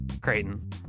Creighton